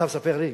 אתה מספר לי?